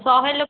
ଶହେ ଲୋକ